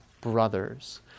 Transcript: brothers